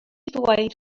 ddweud